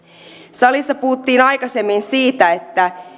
salissa puhuttiin aikaisemmin siitä